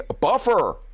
Buffer